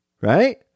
right